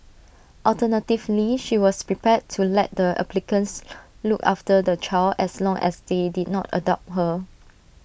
alternatively she was prepared to let the applicants look after the child as long as they did not adopt her